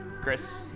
Chris